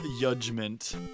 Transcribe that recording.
judgment